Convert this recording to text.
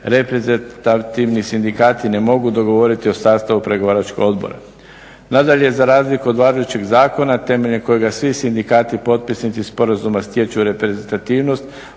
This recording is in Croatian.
reprezentativni sindikati ne mogu dogovoriti o sastavu pregovaračkog odbora. Nadalje, za razliku od važećeg zakona temeljem kojega svi sindikati potpisnici sporazuma stječu reprezentativnost